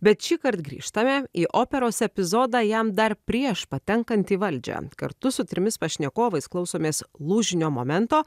bet šįkart grįžtame į operos epizodą jam dar prieš patenkant į valdžią kartu su trimis pašnekovais klausomės lūžinio momento